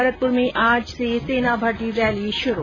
भरतपुर में आज से सेना भर्ती रैली शुरू